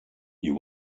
you